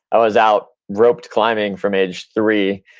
i was out rope climbing from age three.